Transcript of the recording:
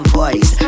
voice